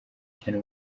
cyane